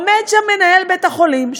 עומד שם מנהל בית-החולים,